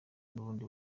n’ubundi